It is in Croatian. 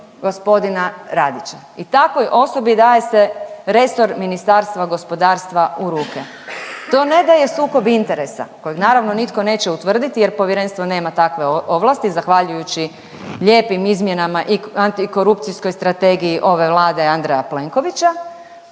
g. Radića i takvoj osobi daje se resor Ministarstva gospodarstva u ruke. To ne da je sukob interesa kojeg naravno nitko neće utvrditi jer povjerenstvo nema takve ovlasti zahvaljujući lijepim izmjenama i antikorupcijskoj strategiji ove Vlade Andreja Plenkovića,